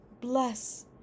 bless